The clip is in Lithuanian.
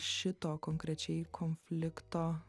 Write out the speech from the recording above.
šito konkrečiai konflikto